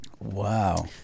Wow